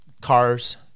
cars